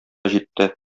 җитте